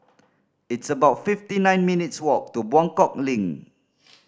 it's about fifty nine minutes' walk to Buangkok Link